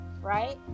right